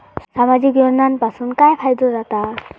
सामाजिक योजनांपासून काय फायदो जाता?